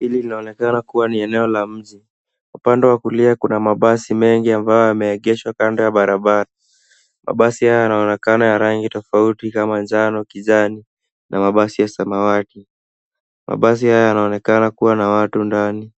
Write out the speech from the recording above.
Hili linaonekana kuwa ni eneo la mji. Upande wa kulia kuna mabasi mengi ambayo yameegeshwa kando ya barabara. Mabasi haya yanaonekana ya rangi tofauti kama njano, kijani na mabasi ya samawati. Mabasi haya yanaonekana kuwa na watu ndani,